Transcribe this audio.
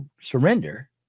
surrender